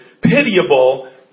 pitiable